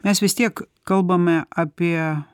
mes vis tiek kalbame apie